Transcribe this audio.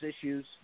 issues